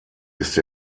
ist